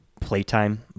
playtime